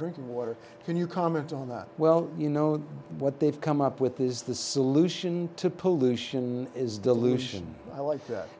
drinking water can you comment on that well you know what they've come up with is the solution to pollution is dilution